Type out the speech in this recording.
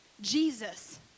Jesus